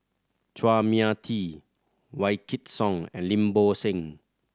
Chua Mia Tee Wykidd Song and Lim Bo Seng